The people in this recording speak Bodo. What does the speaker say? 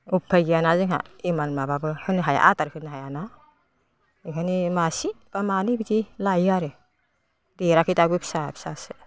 उफाय गैयाना जोंहा इमान माबाबो होनो हाया आदार होनो हायाना बेखायनो मासे बा मानै बिदि लायो आरो देराखै दाबो फिसा फिसासो